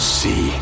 see